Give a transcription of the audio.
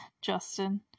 Justin